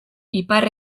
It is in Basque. ipar